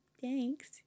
thanks